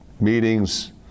meetings